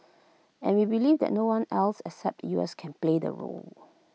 and we believe that no one else except the U S can play the role